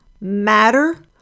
matter